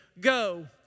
go